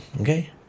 okay